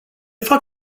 fac